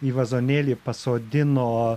į vazonėlį pasodino